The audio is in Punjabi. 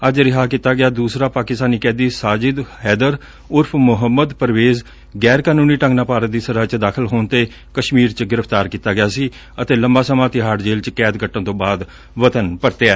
ਅੱਜ ਰਿਹਾ ਕੀਤਾ ਗਿਆ ਦੁਸਰਾ ਪਾਕਿਸਤਾਨ ਕੈਦੀ ਸਾਜਦ ਹੈਦਰ ਉਰਫ ਮੁਹੱਮਦ ਪਰਵੇਜ਼ ਗੈਰ ਕਨ੍ਨੀ ਢੰਗ ਨਾਲ ਭਾਰਤ ਦੀ ਸਰਹੱਦ ਚ ਦਾਖਿਲ ਹੋਣ ਤੇ ਕਸ਼ਮੀਰ ਚ ਗ੍ਰਿਫ਼ਤਾਰ ਕੀਤਾ ਗਿਆ ਸੀ ਅਤੇ ਲੰਬਾ ਸਮਾਂ ਤਿਹਾਤ ਜੇਲੁ ਚ ਕੈਦ ਕੱਟਣ ਤੋਂ ਬਾਅਦ ਵਤਨ ਪਰਤਿਐ